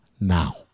now